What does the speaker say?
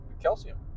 calcium